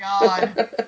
God